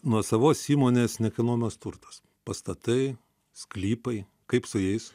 nuosavos įmonės nekilnojamas turtas pastatai sklypai kaip su jais